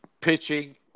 pitching